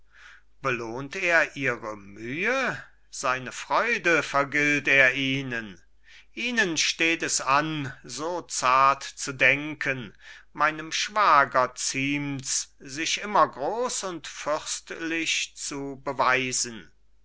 belohnt er ihre mühe seine freude vergilt er ihnen ihnen steht es an so zart zu denken meinem schwager ziemts sich immer groß und fürstlich zu beweisen